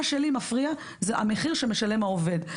מה שמפריע לי זה המחיר שמשלם העובד,